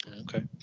Okay